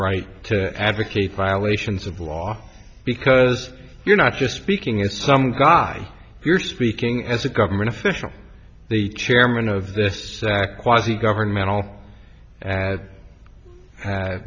right to advocate violations of law because you're not just speaking as some guy you're speaking as a government official the chairman of the sac quasi governmental